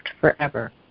forever